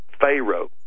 Pharaoh